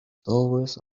stories